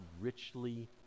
richly